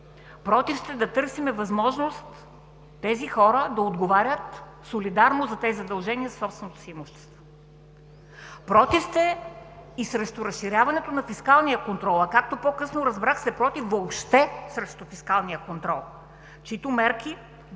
Против сте да търсим възможност тези хора да отговарят солидарно за тези задължения със собственото си имущество. Против сте и срещу разширяването на фискалния контрол, а както по-късно разбрах, сте против въобще срещу фискалния контрол, чиито мерки